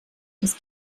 des